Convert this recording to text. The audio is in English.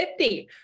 50